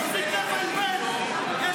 צריך לעשות התייעצות ביטחונית,